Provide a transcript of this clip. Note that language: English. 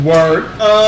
Word